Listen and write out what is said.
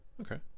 okay